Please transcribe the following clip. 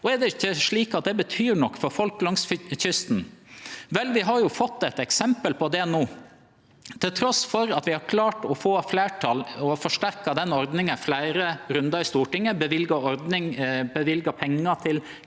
Er det ikkje slik at ho betyr noko for folk langs kysten? Vi har jo fått eit eksempel på det no. Til tross for at vi har klart å få fleirtal og forsterka den ordninga i fleire rundar i Stortinget og løyvd pengar til